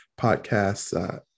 podcasts